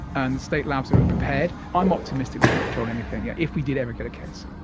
and the state labs are prepared. i'm optimistic we can control anything, yeah if we did ever get a case.